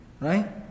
Right